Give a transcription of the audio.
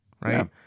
right